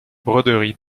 broderie